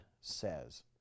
says